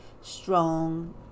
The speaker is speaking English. strong